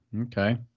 Okay